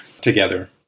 together